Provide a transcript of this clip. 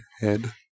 head